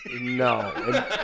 No